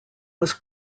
was